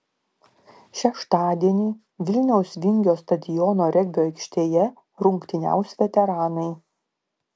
šeštadienį vilniaus vingio stadiono regbio aikštėje rungtyniaus veteranai